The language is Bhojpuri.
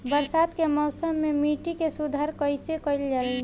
बरसात के मौसम में मिट्टी के सुधार कइसे कइल जाई?